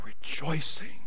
rejoicing